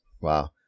Wow